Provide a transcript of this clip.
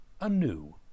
anew